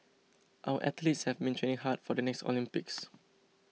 our athletes have been training hard for the next Olympics